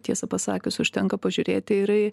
tiesą pasakius užtenka pažiūrėti ir į